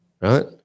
Right